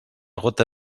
gota